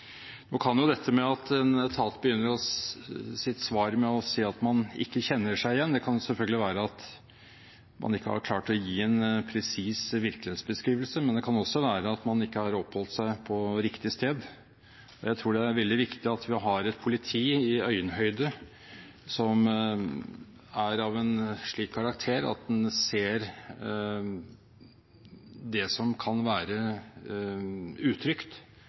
Nå kan jo dette at en etat begynner sitt svar med å si at man ikke kjenner seg igjen, selvfølgelig skyldes at man ikke har klart å gi en presis virkelighetsbeskrivelse, men det kan også skyldes at man ikke har oppholdt seg på riktig sted. Jeg tror det er veldig viktig at vi har et politi i øyenhøyde og som er av en slik karakter at en ser det som kan være